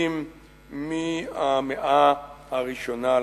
שרידים מהמאה הראשונה לספירה.